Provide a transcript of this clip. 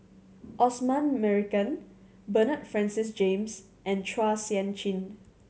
Osman Merican Bernard Francis James and Chua Sian Chin